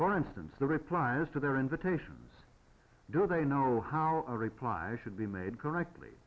for instance the replies to their invitations do they know how a reply should be made correctly